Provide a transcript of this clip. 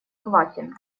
квакин